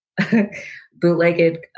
bootlegged